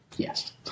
Yes